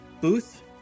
booth